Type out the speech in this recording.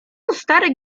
stary